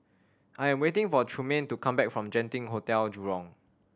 I am waiting for Trumaine to come back from Genting Hotel Jurong